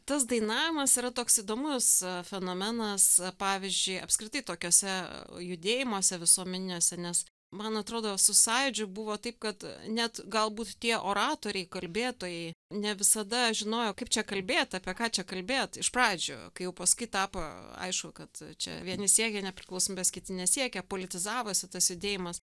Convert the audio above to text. tas dainavimas yra toks įdomus fenomenas pavyzdžiui apskritai tokiuose judėjimuose visuomeniniuose nes man atrodo su sąjūdžiu buvo taip kad net galbūt tie oratoriai kalbėtojai ne visada žinojo kaip čia kalbėt apie ką čia kalbėt iš pradžių kai jau paskui tapo aišku kad čia vieni siekia nepriklausomybės kiti nesiekia politizavosi tas judėjimas